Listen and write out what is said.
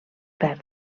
verd